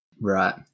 Right